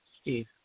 Steve